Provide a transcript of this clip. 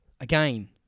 again